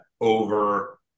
over